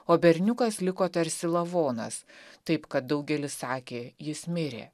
o berniukas liko tarsi lavonas taip kad daugelis sakė jis mirė